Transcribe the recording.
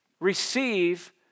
receive